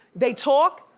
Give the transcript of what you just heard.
they talk,